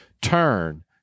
Turn